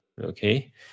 okay